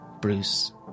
Bruce